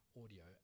audio